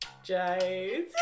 Jade